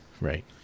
Right